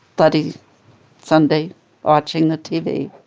bloody sunday watching the tv,